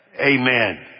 Amen